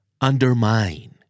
Undermine